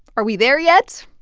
are we there yet?